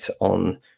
on